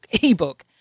e-book